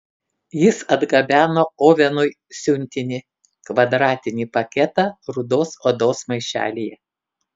jis atgabeno ovenui siuntinį kvadratinį paketą rudos odos maišelyje